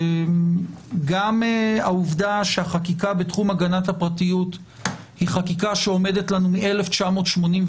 גם העובדה שהחקיקה בתחום הגנת הפרטיות היא חקיקה שעומדת לנו מ-1981,